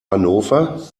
hannover